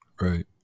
Right